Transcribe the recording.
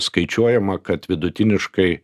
skaičiuojama kad vidutiniškai